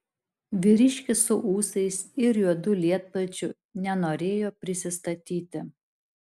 vyriškis su ūsais ir juodu lietpalčiu nenorėjo prisistatyti